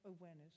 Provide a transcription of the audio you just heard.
awareness